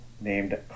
named